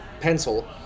Pencil